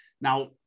Now